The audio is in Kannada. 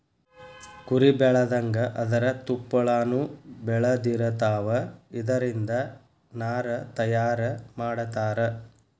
ಕುರಿ ಬೆಳದಂಗ ಅದರ ತುಪ್ಪಳಾನು ಬೆಳದಿರತಾವ, ಇದರಿಂದ ನಾರ ತಯಾರ ಮಾಡತಾರ